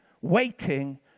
waiting